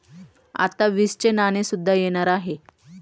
आता वीसचे नाणे सुद्धा येणार आहे